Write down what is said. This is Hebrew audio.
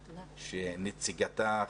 שנציגתה,